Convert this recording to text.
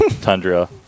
tundra